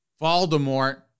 Voldemort